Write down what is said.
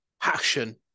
passion